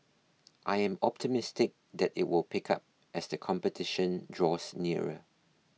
I am optimistic that it will pick up as the competition draws nearer